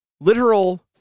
Literal